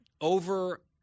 over –